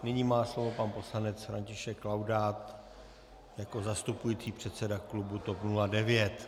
Nyní má slovo pan poslanec František Laudát jako zastupující předseda klubu TOP 09.